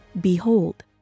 Behold